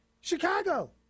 Chicago